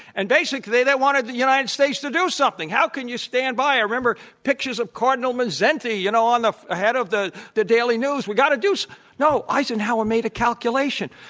and basically, they they wanted the united states to do something. how can you stand by? i remember pictures of cardinal mindszenty you know on the head of the the daily news, we've got to do so no. eisenhower made a calculation.